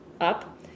up